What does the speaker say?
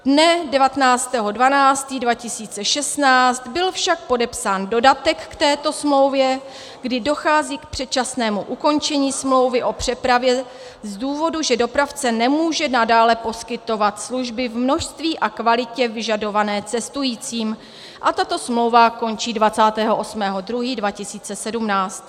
Dne 19. 12. 2016 byl však podepsán dodatek k této smlouvě, kdy dochází k předčasnému ukončení smlouvy o přepravě z důvodu, že dopravce nemůže nadále poskytovat služby v množství a kvalitě vyžadované cestujícím, a tato smlouva končí 28. 2. 2017.